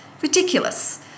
Ridiculous